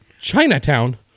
Chinatown